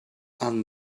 and